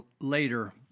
later